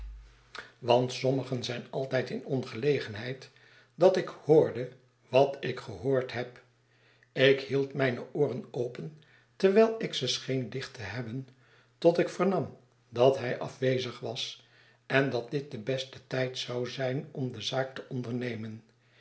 want sommigen zijn altijd in ongelegenheid dat ik hoorde wat ik gehoord heb ik hield mijne ooren open terwijl ik ze scheen dicht te hebben tot ik vernam dat hij afwezig was en dat dit de beste tijd zou zijn om de zaak te ondernemen